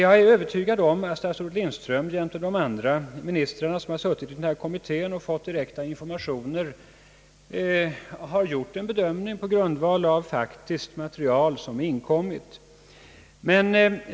Jag är övertygad om att statsrådet Lindström jämte de övriga ministrar som har suttit i denna kommitté och fått direkta informationer har gjort en bedömning på grundval av faktiskt material som inkommit.